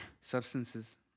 Substances